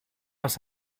was